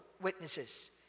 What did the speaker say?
witnesses